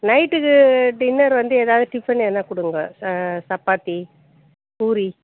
நைட்டுக்கு டின்னர் வந்து ஏதாவது டிஃபன் எதனா கொடுங்க சப்பாத்தி பூரி